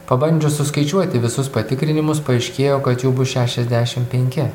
pabandžius suskaičiuoti visus patikrinimus paaiškėjo kad jų bus šešiasdešimt penki